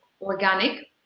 organic